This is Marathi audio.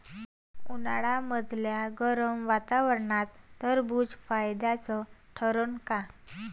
उन्हाळ्यामदल्या गरम वातावरनात टरबुज फायद्याचं ठरन का?